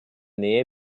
nähe